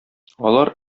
алар